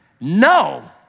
No